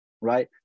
right